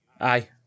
aye